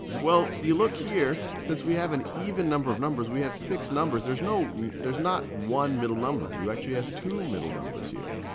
well, you look here. since we have an even number of numbers, we have six numbers, there's not and there's not one middle number. you actually have two middle numbers here.